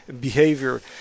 behavior